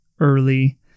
early